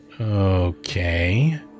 Okay